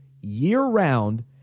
year-round